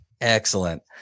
Excellent